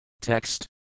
Text